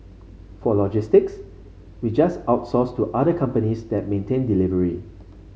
for logistics we just outsource to other companies that maintain delivery